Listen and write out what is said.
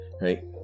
right